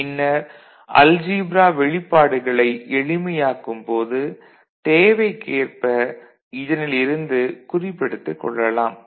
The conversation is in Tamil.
பின்னர் அல்ஜீப்ரா வெளிப்பாடுகளை எளிமையாக்கும் போது தேவைக்கேற்ப இதனிலிருந்து குறிப்பெடுத்துக் கொள்ளலாம்